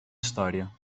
história